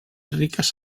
riques